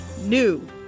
NEW